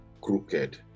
crooked